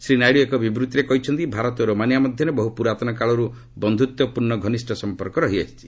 ଶ୍ରୀ ନାଇଡ଼ୁ ଏକ ବିବୃତ୍ତିରେ କହିଛନ୍ତି ଭାରତ ଓ ରୋମାନିଆ ମଧ୍ୟରେ ବହୁ ପୁରାତନ କାଳରୁ ବନ୍ଧୁତ୍ୱପୂର୍ଣ୍ଣ ଘନିଷ୍ଠ ସମ୍ପର୍କ ରହିଆସିଛି